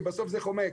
בסוף זה חומק.